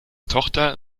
tochter